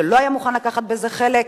שלא היה מוכן לקחת בזה חלק.